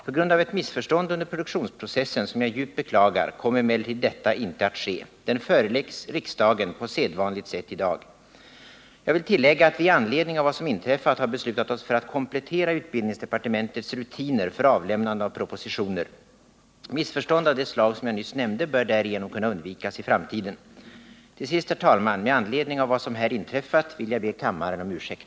På grund av ett missförstånd under produktionsprocessen, som jag djupt beklagar, kom emellertid detta inte att ske. Den föreläggs riksdagen på sedvanligt sätt i dag. Jag vill tillägga att vi i anledning av vad som inträffat har beslutat oss för att komplettera utbildningsdepartementets rutiner för avlämnande av propositioner. Missförstånd av det slag som jag nyss nämnde bör därigenom kunna undvikas i framtiden. Till sist, herr talman, vill jag med anledning av det som här inträffat be kammaren om ursäkt.